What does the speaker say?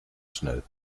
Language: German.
schnell